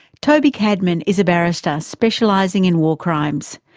toby cadman is a barrister specialising in war crimes.